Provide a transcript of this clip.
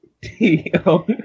T-O